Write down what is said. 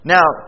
Now